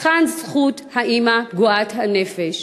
היכן זכות האימא פגועת הנפש?